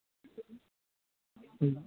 হুম